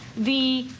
the